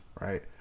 Right